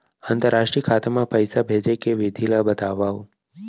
अंतरराष्ट्रीय खाता मा पइसा भेजे के विधि ला बतावव?